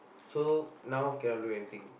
so now cannot do anything